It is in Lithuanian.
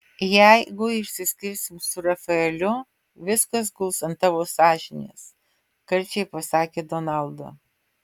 jeigu išsiskirsim su rafaeliu viskas guls ant tavo sąžinės karčiai pasakė donalda